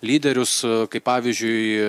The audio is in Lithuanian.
lyderius kaip pavyzdžiui